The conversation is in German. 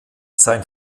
sein